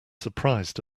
surprised